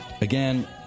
again